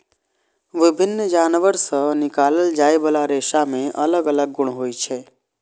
विभिन्न जानवर सं निकालल जाइ बला रेशा मे अलग अलग गुण होइ छै